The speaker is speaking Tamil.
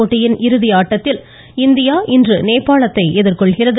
போட்டியின் இறுதி ஆட்டத்தில் இந்தியா இன்று நேபாளத்தை எதிர்கொள்கிறது